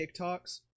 TikToks